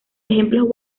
ejemplos